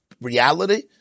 reality